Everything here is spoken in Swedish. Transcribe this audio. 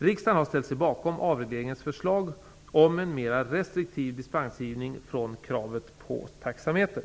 Riksdagen har ställt sig bakom regeringens förslag om en mera restriktiv dispensgivning från kravet på taxameter.